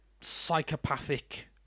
psychopathic